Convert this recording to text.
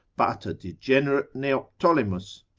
but a degenerate neoptolemus,